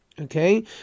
Okay